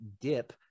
dip